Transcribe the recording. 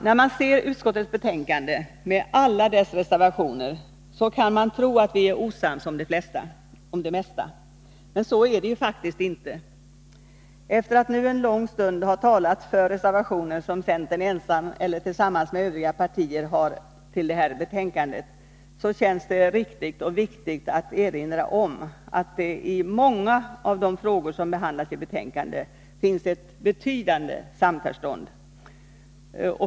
När man ser utskottets betänkande med alla dess reservationer kan man tro att vi är osams om det mesta. Men så är det ju faktiskt inte. Efter att nu en lång stund ha talat för reservationer som centern ensam eller tillsammans med övriga partier har till utskottsbetänkandet, känns det riktigt och viktigt att erinra om att det i många av de frågor som behandlas i betänkandet finns ett betydande samförstånd.